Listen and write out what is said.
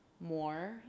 more